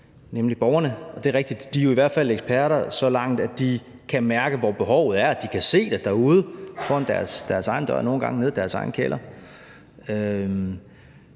nemlig borgerne. Og det er rigtigt; de er jo i hvert fald eksperter så langt, at de kan mærke, hvor behovet er; at de kan se det derude, nogle gange foran deres egen dør eller nede i deres egen kælder.